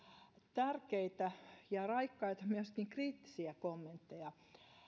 tärkeitä ja raikkaita myöskin kriittisiä kommentteja